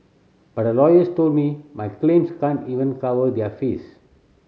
but the lawyers told me my claims can't even cover their fees